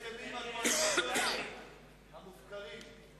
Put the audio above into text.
ההסתייגות של חברת הכנסת רוחמה אברהם-בלילא לסעיף 13,